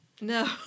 No